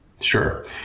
Sure